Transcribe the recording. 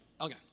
okay